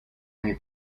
only